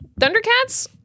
Thundercats